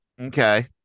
Okay